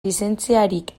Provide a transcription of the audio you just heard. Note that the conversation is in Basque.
lizentziarik